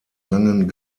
langen